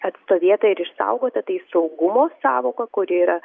atstovėta ir išsaugota tai saugumo sąvoka kuri yra